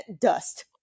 dust